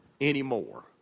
anymore